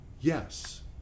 Yes